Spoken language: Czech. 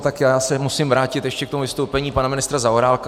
Tak já se musím vrátit ještě k tomu vystoupení paní ministra Zaorálka.